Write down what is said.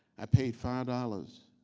i paid five dollars.